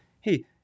hey